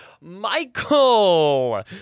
Michael